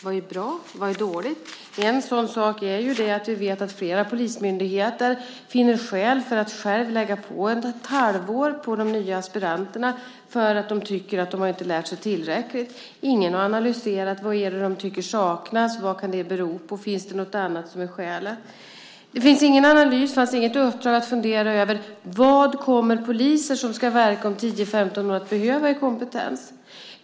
Vad är bra, vad är dåligt? En sak är att vi vet att flera polismyndigheter finner skäl att själva lägga på ett halvår på de nya aspiranterna för att de tycker att de inte har lärt sig tillräckligt. Ingen har analyserat heller vad de tycker saknas och vad det kan bero på, vad skälet är. Det finns ingen analys och inget uppdrag att fundera över: Vad kommer poliser som ska verka inom 10-15 år att behöva för kompetens?